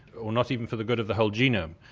ah not even for the good of the whole genome,